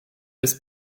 des